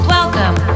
Welcome